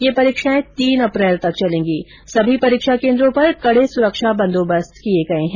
यह परीक्षाएं तीन अप्रैल तक चलेंगी सभी परीक्षा केंद्रों पर कड़े सुरक्षा बंदोबस्त किए गए हैं